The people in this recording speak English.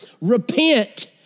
repent